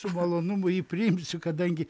su malonumu jį priimsiu kadangi